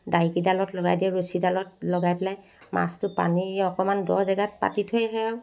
ডাৰিকিডালত লগাই দিয়ে ৰছীডালত লগাই পেলাই মাছটো পানী অকমান দ জেগাত পাতি থৈ আহে আৰু